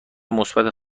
مثبت